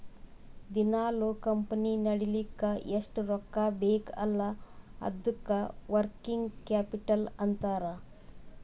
ದಿನಾಲೂ ಕಂಪನಿ ನಡಿಲ್ಲಕ್ ಎಷ್ಟ ರೊಕ್ಕಾ ಬೇಕ್ ಅಲ್ಲಾ ಅದ್ದುಕ ವರ್ಕಿಂಗ್ ಕ್ಯಾಪಿಟಲ್ ಅಂತಾರ್